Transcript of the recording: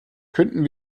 könnten